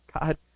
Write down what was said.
God